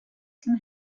can